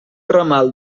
ramal